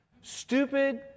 stupid